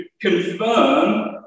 confirm